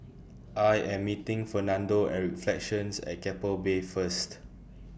I Am meeting Fernando At flections At Keppel Bay First